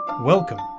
Welcome